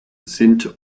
sind